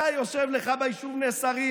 אתה יושב לך ביישוב נס הרים,